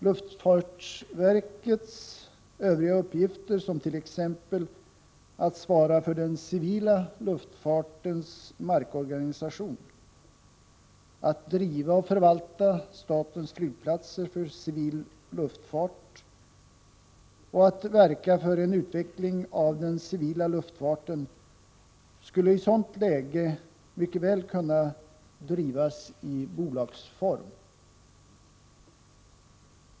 Luftfartsverkets övriga uppgifter, som t.ex. att svara för den civila luftfartens markorganisation, att driva och förvalta statens flygplatser för civil luftfart och att verka för en utveckling av den civila luftfarten, skulle i ett sådant läge mycket väl kunna drivas i bolagsform.